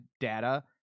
data